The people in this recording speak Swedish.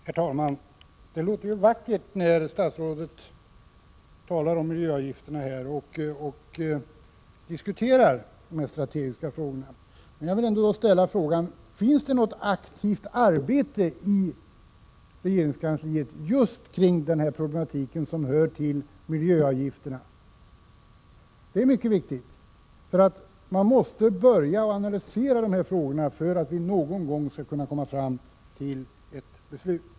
Herr talman! Det låter vackert när statsrådet talar om miljöavgifterna och diskuterar dessa strategiska frågor. Men jag vill ändå ställa frågan: Pågår det något aktivt arbete i regeringskansliet kring just den problematik som rör miljöavgifterna? Det är mycket viktigt, för man måste börja analysera dessa frågor för att vi någon gång skall kunna komma fram till ett beslut.